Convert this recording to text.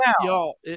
y'all